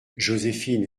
joséphine